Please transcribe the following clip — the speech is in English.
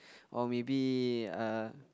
or maybe uh